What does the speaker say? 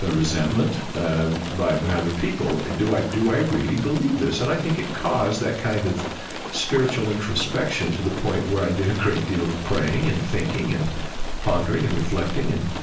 or resentment by by other people? and do i do i really believe this? and i think it caused that kind of spiritual introspection to the point where i did a great deal of praying and thinking and pondering and reflecting. and